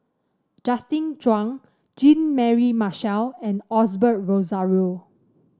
Justin Zhuang Jean Mary Marshall and Osbert Rozario